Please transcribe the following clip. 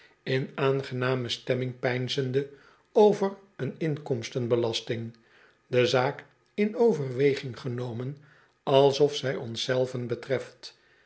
in aangename stemming peinzende over een inkomsten belasting de zaak in overweging ge nomen alsof zij ons zelvcn betreft